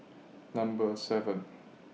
Number seven